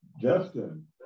Justin